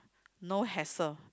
no hassle